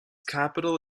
capital